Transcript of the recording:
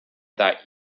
that